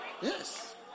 Yes